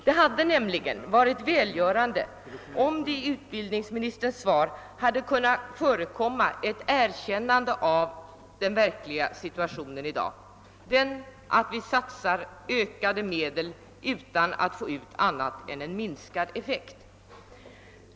Det hade nämligen varit välgörande, om det i utbildningsministerns svar hade kunnat förekomma ett erkännande av den verkliga situationen i dag, den att vi satsar ökade medel utan att få ut annat än minskad effekt.